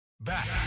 Back